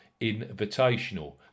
Invitational